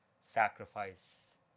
sacrifice